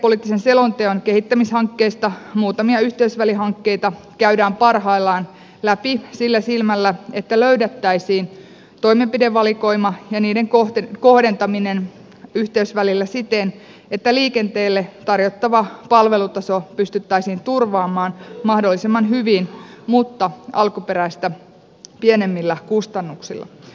liikennepoliittisen selonteon kehittämishankkeista muutamia yhteysvälihankkeita käydään parhaillaan läpi sillä silmällä että löydettäisiin toimenpidevalikoima ja niiden kohdentaminen yhteysvälillä siten että liikenteelle tarjottava palvelutaso pystyttäisiin turvaamaan mahdollisimman hyvin mutta alkuperäistä pienemmillä kustannuksilla